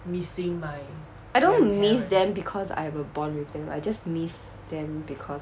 I don't miss them because I have a bond with them I just miss them because